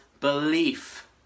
belief